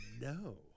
No